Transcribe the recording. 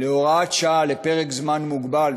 הוראת שעה לפרק זמן מוגבל,